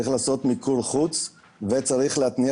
צריך לעשות מיקור חוץ וצריך להתניע